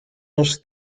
els